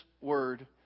word